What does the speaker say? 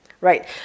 right